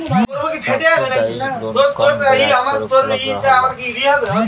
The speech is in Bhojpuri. सब्सिडाइज लोन कम ब्याज पर उपलब्ध रहला